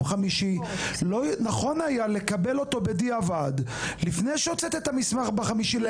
חמישי נכון היה לקבל אותו בדיעבד לפני שהוצאת את המסמך ב-5 לינואר.